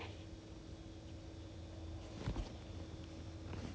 it he m~ made it sound as though he has plans to stay here